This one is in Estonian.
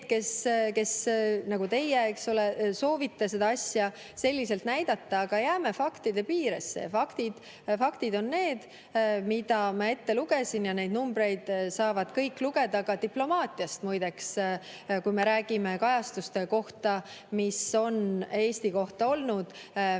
nagu teie, soovivad seda asja selliselt näidata, aga jääme faktide piiresse. Faktid on need, mida ma ette lugesin. Ja neid numbreid saavad kõik lugeda ka Diplomaatiast muide, kui me räägime kajastuste kohta, mis on Eesti kohta olnud näiteks